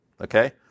Okay